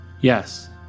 Yes